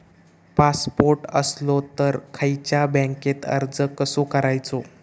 Passport असलो तर खयच्या बँकेत अर्ज कसो करायचो?